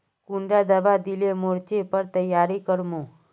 कुंडा दाबा दिले मोर्चे पर तैयारी कर मो?